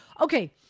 Okay